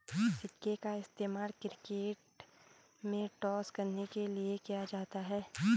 सिक्के का इस्तेमाल क्रिकेट में टॉस करने के लिए किया जाता हैं